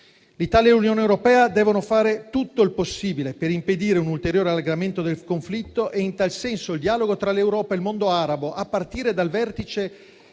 L'Italia e l'Unione europea devono fare tutto il possibile per impedire un ulteriore allargamento del conflitto e, in tal senso, il dialogo tra l'Europa e il mondo arabo, a partire dal vertice